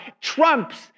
trumps